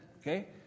Okay